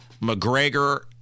McGregor